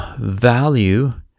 value